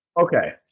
Okay